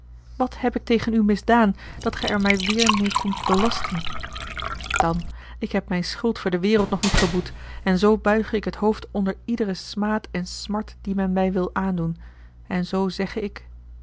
wat heb ik tegen u misdaan dat gij er mij weêr meê komt belasten dan ik heb mijne schuld voor de wereld nog niet geboet en zoo buige ik het hoofd onder iederen smaad en smart die men mij wil aandoen en zoo zegge ik